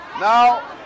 Now